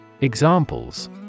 Examples